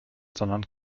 sondern